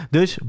Dus